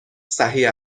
صحیح